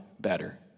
better